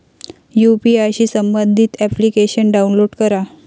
UPI शी संबंधित application download करा